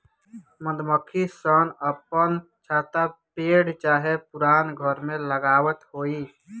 मधुमक्खी सन अपन छत्ता पेड़ चाहे पुरान घर में लगावत होई